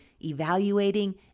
evaluating